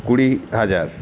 কুড়ি হাজার